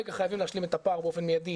כרגע חייבים להשלים את הפער באופן מיידי